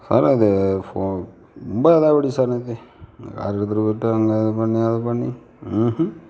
sir அது phone ரொம்ப இதாக ஆகிடுச்சி சார் நேற்று உங்க கார் எடுத்துகிட்டு போய்கிட்டு அங்கே இதை பண்ணி அதை பண்ணி